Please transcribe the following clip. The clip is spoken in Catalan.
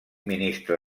ministre